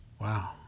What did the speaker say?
Wow